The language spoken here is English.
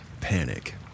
panic